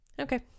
okay